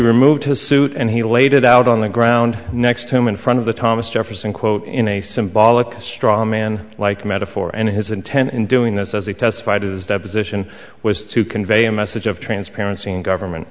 removed his suit and he laid it out on the ground next to him in front of the thomas jefferson quote in a symbolic straw man like metaphor and his intent in doing this as he testified to his deposition was to convey a message of transparency in government